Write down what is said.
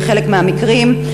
בחלק מהמקרים,